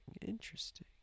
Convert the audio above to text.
interesting